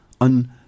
on